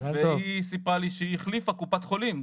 והיא סיפרה לי שהיא החליפה קופת חולים,